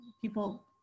people